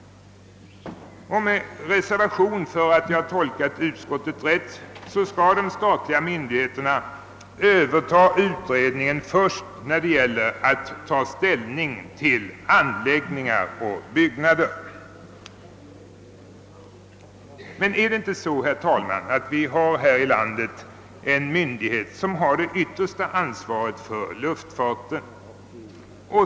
Med reservation för att jag tolkat utskottet rätt är dess mening tydligen att de statliga myndigheterna skall överta utredningen först när ställning skall tas till anläggningar och byggnader. Är det inte så, herr talman, att vi här i landet har en myndighet som har det högsta ansvaret för luftfarten?